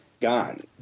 Gone